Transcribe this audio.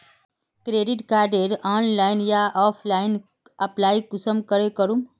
Credit कार्डेर online या offline apply कुंसम करे करूम?